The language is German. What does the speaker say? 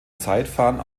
zeitfahren